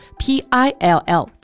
pill